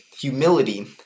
humility